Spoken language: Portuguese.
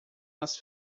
nas